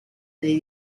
dei